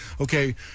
Okay